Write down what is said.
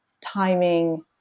timing